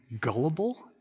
gullible